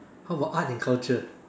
how about art and culture